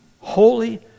Holy